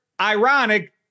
Ironic